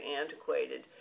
antiquated